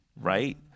right